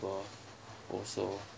also